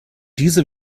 diese